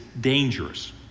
dangerous